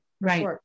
Right